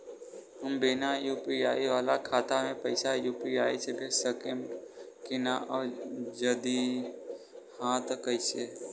हम बिना यू.पी.आई वाला खाता मे पैसा यू.पी.आई से भेज सकेम की ना और जदि हाँ त कईसे?